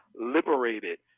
Liberated